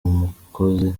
umukozi